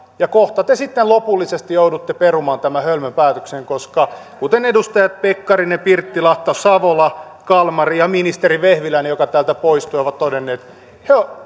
ja kohta te sitten lopullisesti joudutte perumaan tämän hölmön päätöksen koska kuten edustajat pekkarinen pirttilahti savola kalmari ja ministeri vehviläinen joka täältä poistui ovat todenneet